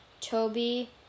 Toby